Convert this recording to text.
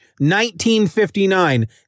1959